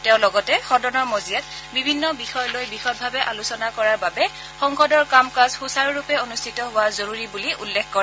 তেওঁ লগতে সদনৰ মজিয়াত বিভিন্ন বিষয় লৈ বিশদভাৱে আলোচনা কৰাৰ বাবে সংসদৰ কাম কাজ সুচাৰুৰূপে অনুষ্ঠিত হোৱাটো জৰুৰী বুলি উল্লেখ কৰে